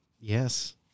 Yes